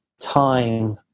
time